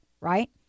right